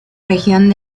región